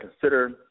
consider